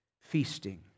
feasting